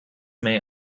may